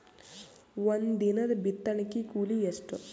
ಒಂದಿನದ ಬಿತ್ತಣಕಿ ಕೂಲಿ ಎಷ್ಟ?